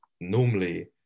normally